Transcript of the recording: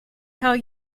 how